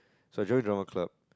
so I join Drama-Club